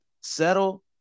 settle